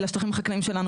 אל השטחים החקלאיים שלנו.